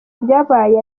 byabaye